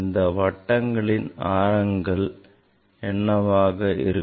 இந்த வட்டங்களின் ஆரங்கள் என்னவாக இருக்கும்